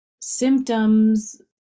symptoms